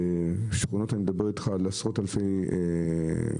אני מדבר על שכונות של עשרות אלפי מנויים,